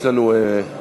יש לנו מתנגד,